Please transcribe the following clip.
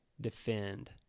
defend